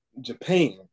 Japan